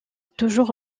toujours